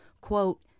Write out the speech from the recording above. Quote